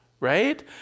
right